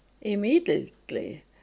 immediately